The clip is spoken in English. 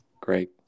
Great